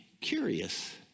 curious